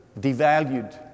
devalued